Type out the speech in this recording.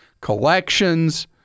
collections